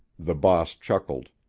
the boss chuckled.